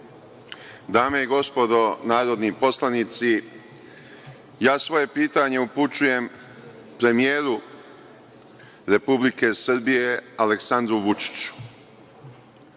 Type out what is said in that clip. Dame i gospodo narodni poslanici, svoje pitanje upućujem premijeru Republike Srbije Aleksandru Vučiću.